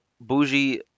Bougie